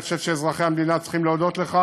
אני חושב שאזרחי המדינה צריכים להודות לך,